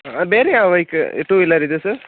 ಹಾಂ ಬೇರೆ ಯಾವ ಬೈಕ್ ಟೂ ವಿಲರ್ ಇದೆ ಸರ್